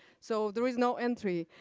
so there is no entry,